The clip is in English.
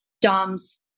Dom's